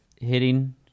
hitting